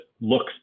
looks